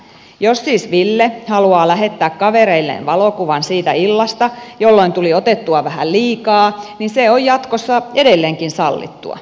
jos siis ville haluaa lähettää kavereilleen valokuvan siitä illasta jolloin tuli otettua vähän liikaa niin se on jatkossa edelleenkin sallittua